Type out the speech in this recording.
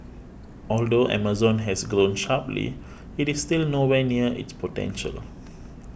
although Amazon has grown sharply it is still nowhere near its potential